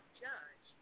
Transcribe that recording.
judge